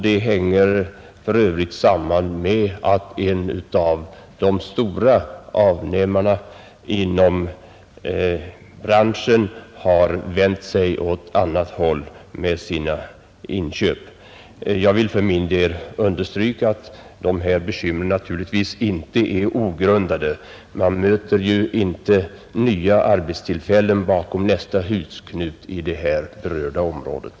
Det hänger för övrigt samman med att en av de stora avnämarna inom branschen har vänt sig åt annat håll med sina inköp. Jag vill för min del understryka att dessa bekymmer naturligtvis inte är ogrundade. Man möter ju inte nya arbetstillfällen bakom nästa husknut i de berörda områdena.